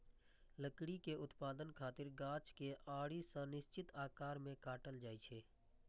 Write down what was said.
लकड़ी के उत्पादन खातिर गाछ कें आरी सं निश्चित आकार मे काटल जाइ छै